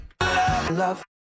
Love